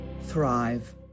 thrive